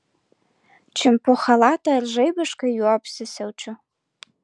čiumpu chalatą ir žaibiškai juo apsisiaučiu